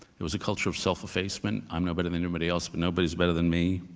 there was a culture of self-effacement. i'm no better than anybody else, but nobody's better than me.